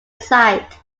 site